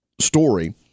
story